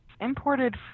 imported